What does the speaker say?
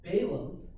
Balaam